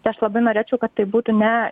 tai aš labai norėčiau kad tai būtų ne